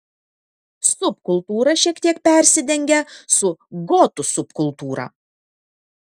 subkultūra šiek tiek persidengia su gotų subkultūra